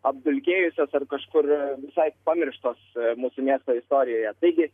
apdulkėjusios ar kažkur visai pamirštos mūsų miesto istorijoje taigi